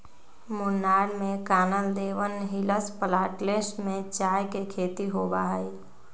मुन्नार में Kanan Devan hills plantation में चाय के खेती होबा हई